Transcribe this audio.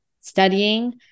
studying